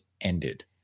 ended